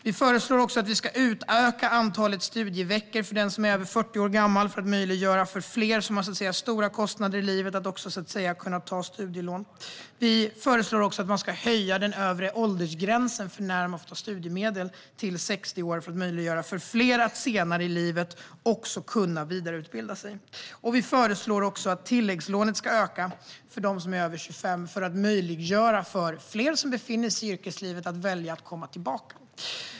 Vi föreslår att vi ska utöka antalet studieveckor för den som är över 40 år gammal för att möjliggöra för fler som har stora kostnader i livet att också ta studielån. Vi föreslår att den övre åldersgränsen för när man får ta studiemedel ska höjas till 60 år för att möjliggöra för fler att vidareutbilda sig senare i livet. Vi föreslår att tilläggslånet ska öka för dem som är över 25 år för att fler som befinner sig i yrkeslivet ska kunna välja att komma tillbaka.